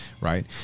Right